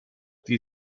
die